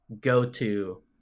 go-to